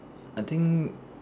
I think